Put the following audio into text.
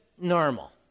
normal